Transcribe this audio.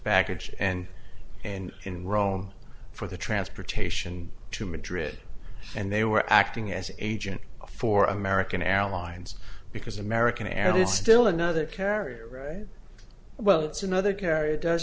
baggage and and in rome for the transportation to madrid and they were acting as agent for american airlines because american airlines still another carrier right well it's another carrier does